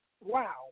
Wow